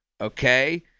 okay